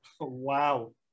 Wow